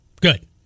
Good